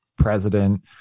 President